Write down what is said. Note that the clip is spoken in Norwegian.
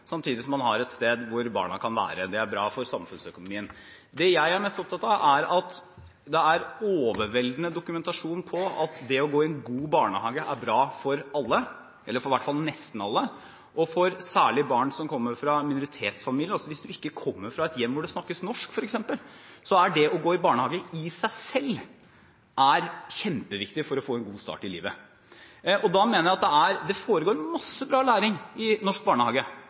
samtidig som man har et sted hvor barna kan være. Det er bra for samfunnsøkonomien. Det jeg er mest opptatt av, er at det er overveldende dokumentasjon på at det å gå i en god barnehage er bra for alle, i hvert fall for nesten alle, og særlig for barn som kommer fra minoritetsfamilier. Hvis man ikke kommer fra et hjem hvor det snakkes norsk, f.eks., så er det å gå i barnehage i seg selv kjempeviktig for å få en god start i livet. Det foregår masse bra læring i norske barnehager, det foregår veldig mye læring i